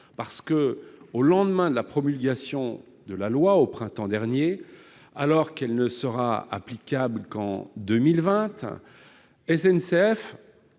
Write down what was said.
Au lendemain de la promulgation de la loi au printemps dernier, alors qu'elle ne sera applicable qu'en 2020, la